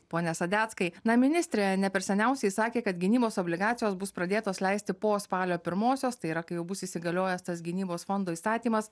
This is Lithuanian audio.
pone sadeckai na ministrė ne per seniausiai sakė kad gynybos obligacijos bus pradėtos leisti po spalio pirmosios tai yra kai jau bus įsigaliojęs tas gynybos fondo įstatymas